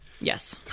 yes